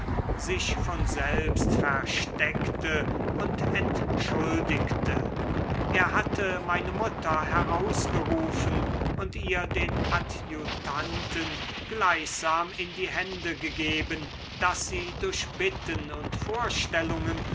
sich von selbst versteckte und entschuldigte er hatte meine mutter herausgerufen und ihr den adjutanten gleichsam in die hände gegeben daß sie durch bitten und vorstellungen